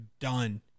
done